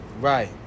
Right